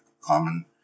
common